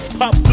pop